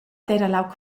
d’eira